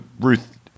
Ruth